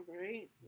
Right